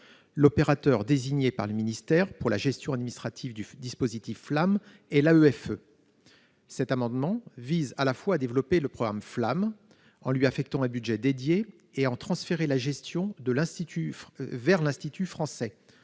L'opérateur désigné par le MEAE pour la gestion administrative du dispositif FLAM est l'AEFE. Cet amendement vise à la fois à développer le programme FLAM, en lui affectant un budget dédié, et à en transférer la gestion à l'Institut français,